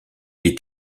est